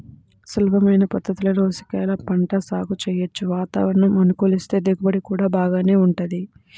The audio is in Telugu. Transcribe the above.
సులభమైన పద్ధతుల్లో ఉసిరికాయల పంట సాగు చెయ్యొచ్చు, వాతావరణం అనుకూలిస్తే దిగుబడి గూడా బాగానే వుంటది